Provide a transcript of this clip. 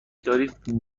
دارید